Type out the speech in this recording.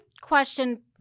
question